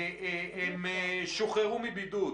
ו-12,300 שוחררו מבידוד.